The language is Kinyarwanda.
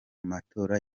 matora